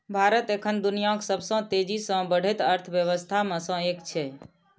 भारत एखन दुनियाक सबसं तेजी सं बढ़ैत अर्थव्यवस्था मे सं एक छै